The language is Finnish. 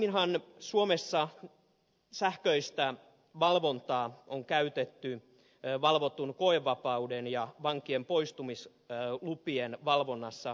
aiemminhan suomessa sähköistä valvontaa on käytetty valvotun koevapauden ja vankien poistumislupien valvonnassa